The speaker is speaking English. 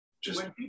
just-